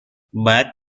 باید